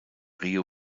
río